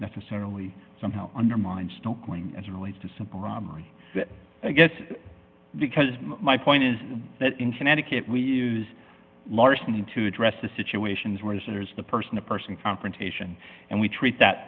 necessarily somehow undermines don't going as relates to simple robbery i guess because my point is that in connecticut we use larson to address the situations where the shooter is the person to person confrontation and we treat that